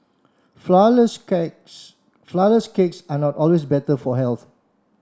flour less cakes flour less cakes are not always better for health